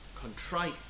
contrite